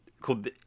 called